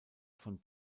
von